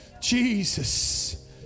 Jesus